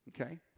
Okay